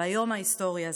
ביום ההיסטורי הזה.